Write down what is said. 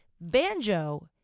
Banjo